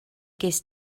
ges